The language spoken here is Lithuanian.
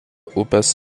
upės